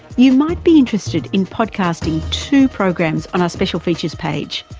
you might be interested in podcasting two programs on our special features page.